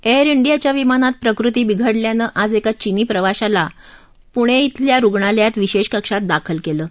air डियाच्या विमानात प्रकृती बिघडल्यानं आज एका चीनी प्रवाशाला पुणे क्वे रुग्णालयात विशेष कक्षात दाखल केलं आहे